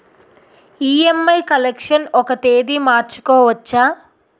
EMI collection ఒక తేదీ మార్చుకోవచ్చా?